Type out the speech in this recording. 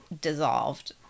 dissolved